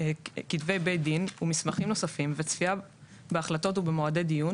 כתבי בי-דין ומסמכים נוספים וצפייה בהחלטות ובמועדי דיון,